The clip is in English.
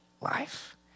life